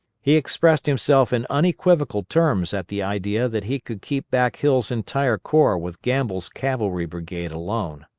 he expressed himself in unequivocal terms at the idea that he could keep back hill's entire corps with gamble's cavalry brigade alone.